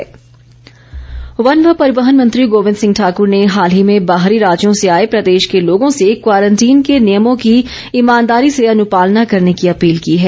गोविंद ठाकुर वन व परिवहन मंत्री गोविंद सिंह ठाकूर ने हाल ही में बाहरी राज्यों से आए प्रदेश के लोगों से क्वारंटीन के नियमों की ईमानदारी से अनुपालना करने की अपील की है